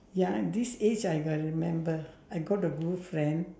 ya at this age I got remember I got a good friend